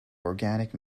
organic